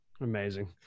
Amazing